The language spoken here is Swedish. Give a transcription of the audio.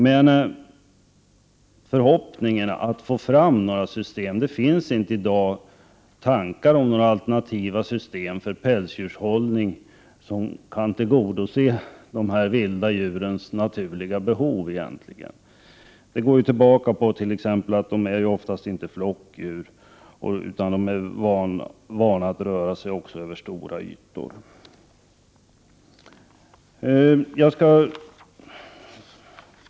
Men förhoppningen om att få fram något system finns inte i dag, inte heller tankar om alternativa system för pälsdjurshållning som kan tillgodose de här vilda djurens naturliga behov. Pälsdjuren är oftast inte flockdjur och är vana att röra sig över stora ytor.